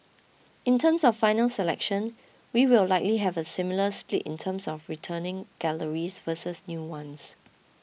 in terms of final selection we will likely have a similar split in terms of returning galleries versus new ones